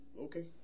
Okay